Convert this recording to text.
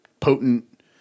potent